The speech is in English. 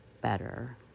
better